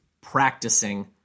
practicing